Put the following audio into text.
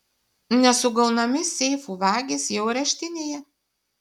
nesugaunami seifų vagys jau areštinėje